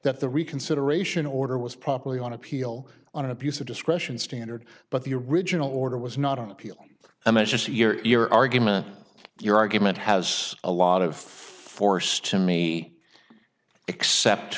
that the reconsideration order was probably on appeal on an abuse of discretion standard but the original order was not on appeal and that's just a year year argument your argument has a lot of force to me except